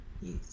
Yes